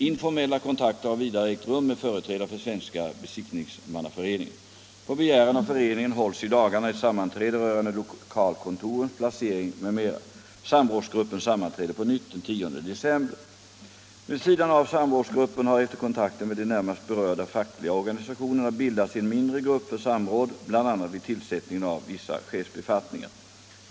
Informella kontakter har vidare ägt rum med företrädare för Svenska besiktningsmannaföreningen. På begäran av föreningen hålls i dagarna ett sammanträde rörande lokalkontorens placering m.m. Samrådsgruppen sammanträder på nytt den 10 december. Vid sidan av samrådsgruppen har efter kontakter med de närmast berörda fackliga organisationerna bildats en mindre grupp för samråd bl.a. vid tillsättningen av vissa chefsbefattningar.